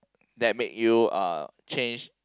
that make you uh change